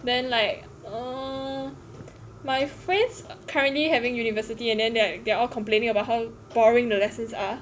then like uh my friends currently having university and and then they are like they are all complaining about how boring the lessons are